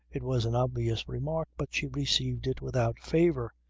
it was an obvious remark but she received it without favour.